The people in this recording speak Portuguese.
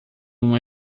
uma